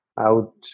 out